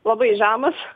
labai žemas